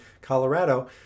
Colorado